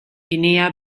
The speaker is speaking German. guinea